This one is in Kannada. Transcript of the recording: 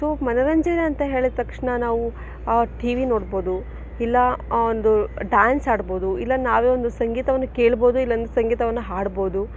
ಸೊ ಮನೋರಂಜನೆ ಅಂತ ಹೇಳಿದ ತಕ್ಷಣ ನಾವು ಟಿ ವಿ ನೋಡ್ಬೋದು ಇಲ್ಲ ಒಂದು ಡ್ಯಾನ್ಸ್ ಆಡ್ಬೋದು ಇಲ್ಲ ನಾವೇ ಒಂದು ಸಂಗೀತವನ್ನು ಕೇಳ್ಬೋದು ಇಲ್ಲಾಂದ್ರೆ ಸಂಗೀತವನ್ನು ಹಾಡ್ಬೋದು